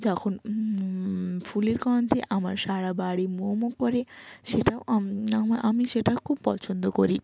যখন ফুলের গন্ধে আমার সারা বাড়ি ম ম করে সেটাও আমি সেটা খুব পছন্দ করি